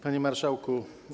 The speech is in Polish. Panie Marszałku!